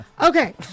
Okay